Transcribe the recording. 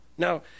Now